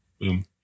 boom